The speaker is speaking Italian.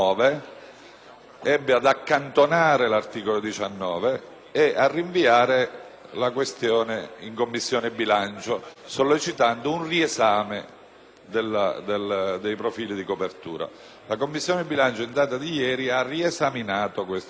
ebbe ad accantonare tale articolo, rinviando la questione in Commissione bilancio e sollecitando un riesame dei profili di copertura. La Commissione bilancio in data di ieri ha esaminato nuovamente